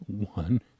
one